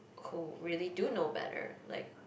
who really do know better like